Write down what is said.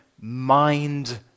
mind